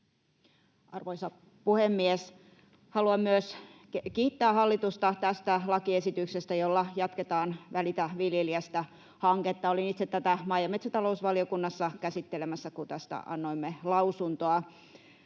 Arvoisa puhemies! Haluan myös kiittää hallitusta tästä lakiesityksestä, jolla jatketaan Välitä viljelijästä ‑hanketta. Olin itse tätä maa‑ ja metsätalousvaliokunnassa käsittelemässä, kun tästä annoimme lausuntoa.